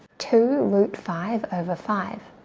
two root five over five.